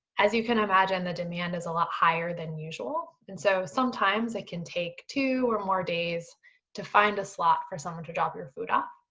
as you can imagine, the demand is a lot higher than usual. and so, sometimes it can take two or more days to find a slot for someone to drop your food off.